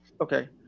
okay